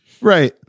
right